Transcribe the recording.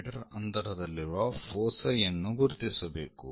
me ಅಂತರದಲ್ಲಿರುವ ಫೋಸೈ ಯನ್ನು ಗುರುತಿಸಬೇಕು